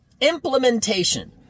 implementation